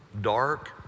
dark